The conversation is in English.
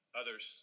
others